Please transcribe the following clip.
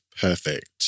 perfect